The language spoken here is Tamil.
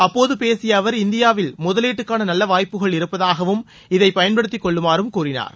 அப்போது பேசிய அவர் இந்தியாவில் முதலீட்டுக்கான நல்ல வாய்ப்புகள் இருப்பதாகவும் இதை பயன்படுத்திக் கொள்ளுமாறும் கூறினார்